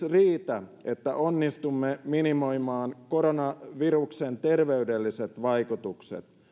riitä että onnistumme minimoimaan koronaviruksen terveydelliset vaikutukset